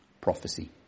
prophecy